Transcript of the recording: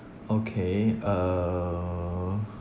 okay uh